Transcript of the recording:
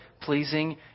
pleasing